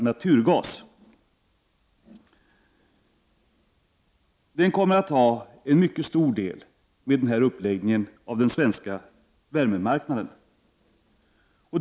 Naturgasen kommer att ta en mycket stor del av den svenska värmemarknaden med denna uppläggning.